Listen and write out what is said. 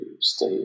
stay